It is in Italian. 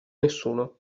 nessuno